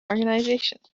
organizations